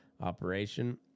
operation